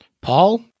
paul